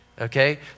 Okay